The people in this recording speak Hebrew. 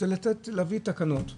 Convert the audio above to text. זה להביא תקנות לכאן,